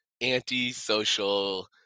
anti-social